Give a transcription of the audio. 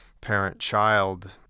parent-child